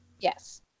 Yes